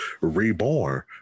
reborn